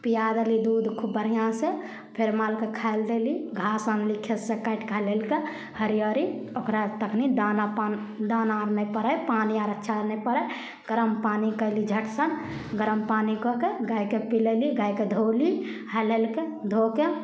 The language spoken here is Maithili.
पिआ देली दूध खूब बढ़िआँसँ फेर मालके खाइलए देली घास आनली खेत से काटिके हाल हालके हरिअरी ओकरा तखनी दाना पा दाना आओर नहि पड़ै पानी आओर अच्छा से नहि पड़ै गरम पानी कएली झट से गरम पानी कऽ के गाइके पिलैली गाइके धोली हाल हालके धोके